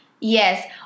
Yes